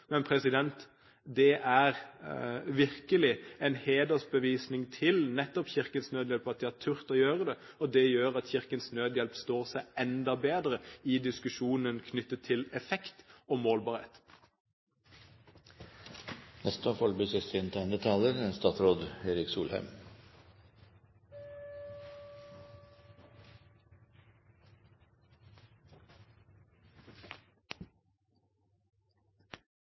Men det er virkelig en hedersbevisning til nettopp Kirkens Nødhjelp at de har tort å gjøre det, og det gjør at Kirkens Nødhjelp står seg enda bedre i diskusjonen knyttet til effekt og